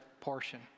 portion